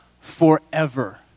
forever